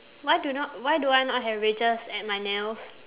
why do not why do I not have wedges at my nails